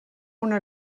una